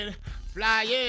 flying